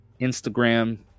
Instagram